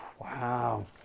Wow